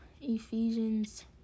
Ephesians